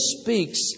speaks